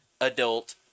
adult